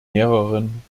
mehreren